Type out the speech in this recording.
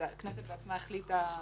הכנסת בעצמה החליטה.